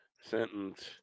Sentence